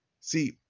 See